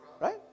Right